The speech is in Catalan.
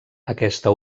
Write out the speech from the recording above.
aquesta